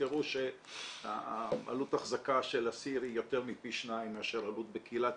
תזכרו שעלות אחזקה של אסיר היא יותר מפי 2 מאשר עלות בקהילה טיפולית,